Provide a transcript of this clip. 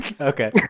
okay